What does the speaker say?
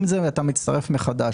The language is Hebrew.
אם אתה מצטרף מחדש,